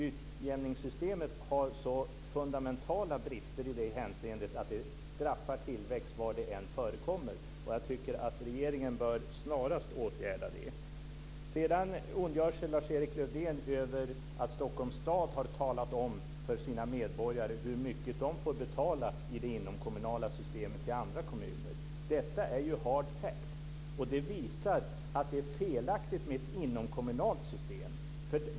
Utjämningssystemet har så fundamentala brister i det hänseendet att det straffar tillväxt var det än förekommer. Jag tycker att regeringen snarast bör åtgärda det. Sedan ondgör sig Lars-Erik Lövdén över att Stockholms stad har talat om för sina medborgare hur mycket de får betala till andra kommuner i det inomkommunala systemet. Detta är ju hard facts, och det visar att det är felaktigt med ett inomkommunalt system.